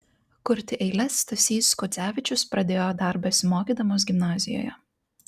kurti eiles stasys kuodzevičius pradėjo dar besimokydamas gimnazijoje